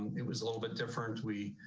it was a little bit different. we